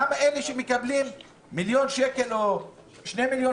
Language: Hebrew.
למה אלה שמקבלים מיליון שקל או 2 מיליון